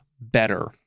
better